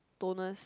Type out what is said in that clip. toners